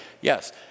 Yes